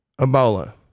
Ebola